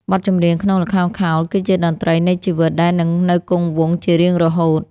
បទចម្រៀងក្នុងល្ខោនខោលគឺជាតន្ត្រីនៃជីវិត ដែលនឹងនៅគង់វង្សជារៀងរហូត។